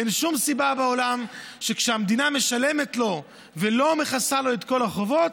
אין שום סיבה בעולם שכשהמדינה משלמת לו ולא מכסה לו את כל החובות,